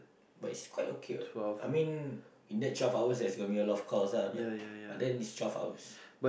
but it's quite okay what I mean in that twelve hours there's gonna be a lot of course lah but then it's twelve hours